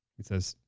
it says,